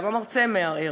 וגם המרצה מערער.